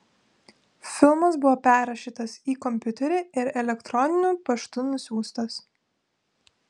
filmas buvo perrašytas į kompiuterį ir elektroniniu paštu nusiųstas